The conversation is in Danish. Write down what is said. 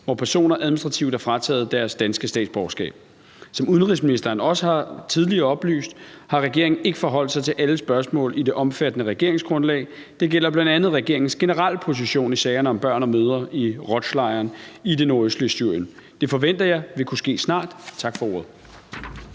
hvor personer administrativt er frataget deres danske statsborgerskab. Som udenrigsministeren også tidligere har oplyst, har regeringen ikke forholdt sig til alle spørgsmål i det omfattende regeringsgrundlag. Det gælder bl.a. regeringens generelle position i sagerne om børn og mødre i al-Roj-lejren i det nordøstlige Syrien. Det forventer jeg vil kunne ske snart. Tak for ordet.